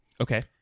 Okay